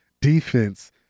defense